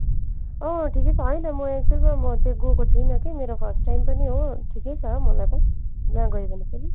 अँ ठिकै छ होइन म एक्चुवलमा म त्यहाँ गएको छुइनँ कि मेरो फर्स्ट टाइम पनि हो ठिकै छ मलाई त जहाँ गयो भने पनि